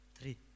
Three